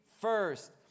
first